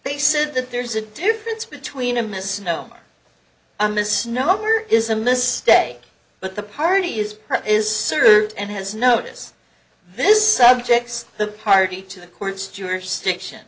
they said that there's a difference between a misnomer a misnomer is a mistake but the party is per is served and has notice this subjects the party to the court's jurisdiction